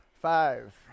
Five